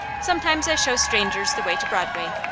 sometimes i show strangers the way to broadway.